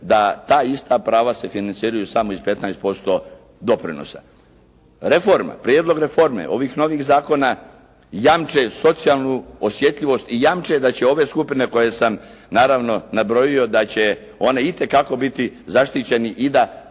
da ta ista prava se financiraju samo iz 15% doprinosa. Reforma, prijedlog reforme ovih novih zakona jamče socijalnu osjetljivost i jamče da će ove skupine koje sam naravno nabrojio da će one itekako biti zaštićeni i da